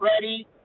ready